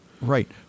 right